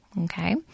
Okay